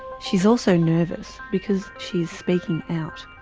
she's also nervous because she is speaking out.